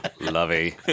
Lovey